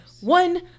one